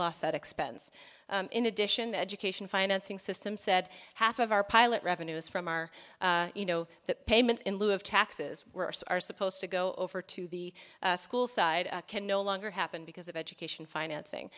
lost that expense in addition the education financing system said half of our pilot revenues from our you know that payment in lieu of taxes were us are supposed to go over to the school side can no longer happen because of education financing